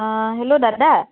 hello দাদা